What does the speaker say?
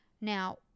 now